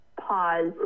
pause